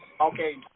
Okay